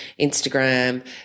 Instagram